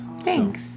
Thanks